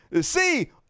See